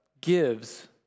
gives